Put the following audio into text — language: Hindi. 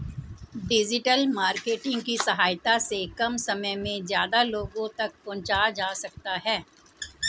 डिजिटल मार्केटिंग की सहायता से कम समय में ज्यादा लोगो तक पंहुचा जा सकता है